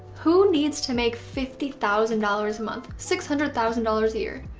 who needs to make fifty thousand dollars a month six hundred thousand dollars a year?